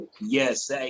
Yes